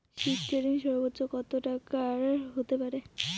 শিক্ষা ঋণ সর্বোচ্চ কত টাকার হতে পারে?